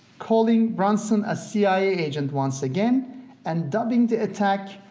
calling brunson a cia agent once again and dubbing the attack,